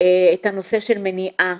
את הנושא של מניעה,